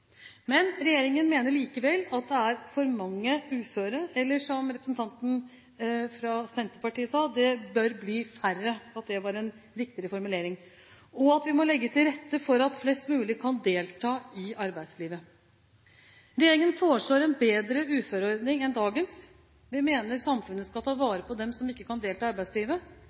Men regjeringen mener likevel at det er for mange uføre – eller at det bør bli færre, som representanten fra Senterpartiet sa, som er en riktigere formulering – og at vi bør legge til rette for at flest mulig kan delta i arbeidslivet. Regjeringen foreslår en bedre uføreordning enn dagens. Vi mener samfunnet skal ta vare på dem som ikke kan delta i arbeidslivet.